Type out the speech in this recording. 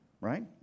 Right